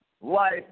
life